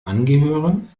angehören